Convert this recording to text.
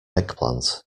eggplant